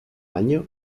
año